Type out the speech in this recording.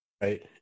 Right